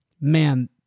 man